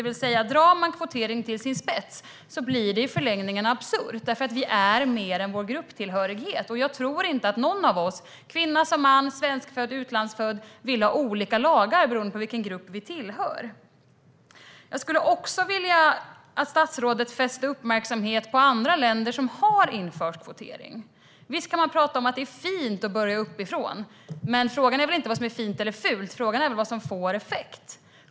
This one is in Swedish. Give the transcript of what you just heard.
Drar man kvotering till sin spets blir det i förlängningen absurt, för vi är mer än vår grupptillhörighet, och jag tror inte att någon av oss - kvinna eller man, svenskfödd eller utlandsfödd - vill ha olika lagar beroende på vilken grupp vi tillhör. Jag skulle vilja att statsrådet fäster uppmärksamheten på länder som har infört kvotering. Visst kan man prata om att det är fint att börja uppifrån, men frågan är väl inte vad som är fint eller fult, utan frågan är väl vad som får effekt.